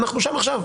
אנחנו שם עכשיו.